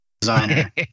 designer